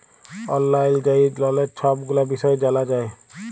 অললাইল যাঁয়ে ললের ছব গুলা বিষয় জালা যায়